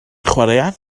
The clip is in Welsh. chwaraea